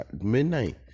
Midnight